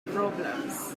problems